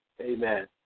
amen